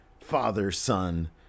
father-son